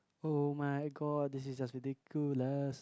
oh-my-god this is a ridiculous